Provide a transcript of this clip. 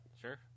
sure